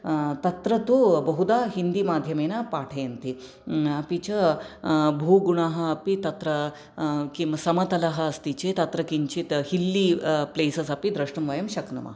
तत्र तु बहुधा हिन्दिमाध्यमेन पाठयन्ति अपि च भूगुणः अपि तत्र किं समतलः अस्ति चेत् अत्र किञ्चित् हिल्लि प्लेसस् अपि द्रष्टुं वयं शक्नुमः